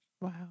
Wow